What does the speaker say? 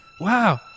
Wow